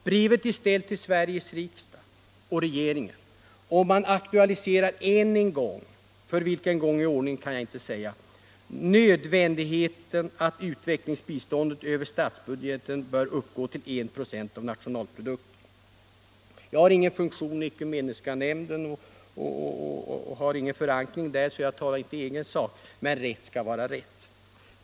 Brevet är ställt till Sveriges riksdag och till regeringen, och man aktualiserar än en gång — för vilken gång i ordningen kan jag inte säga —- nödvändigheten av att utvecklingsbiståndet över statsbudgeten skall uppgå till I procent av nationalprodukten. Jag har ingen funktion i Ekumeniska nämnden, så jag talar inte i egen sak, men rätt skall vara rätt.